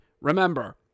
Remember